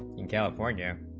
in california